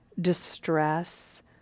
distress